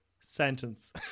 sentence